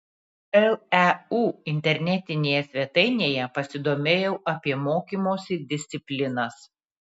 leu internetinėje svetainėje pasidomėjau apie mokymosi disciplinas